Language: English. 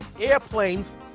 airplanes